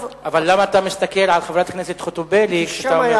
אבל למה אתה מסתכל על חברת הכנסת חוטובלי כשאתה אומר,